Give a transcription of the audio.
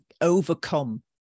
overcome